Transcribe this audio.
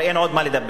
אבל אין עוד מה לדבר.